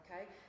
okay